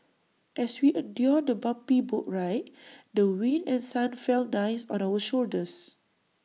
as we endured the bumpy boat ride the wind and sun felt nice on our shoulders